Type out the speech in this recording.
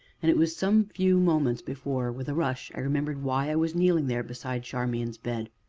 and it was some few moments before, with a rush, i remembered why i was kneeling there beside charmian's bed.